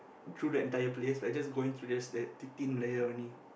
through the entire place but just going through just that thin layer only